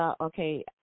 okay